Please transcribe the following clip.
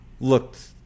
looked